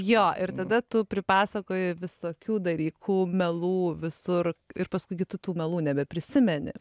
jo ir tada tu pripasakoji visokių dalykų melų visur ir paskui gi tu tų melų nebeprisimeni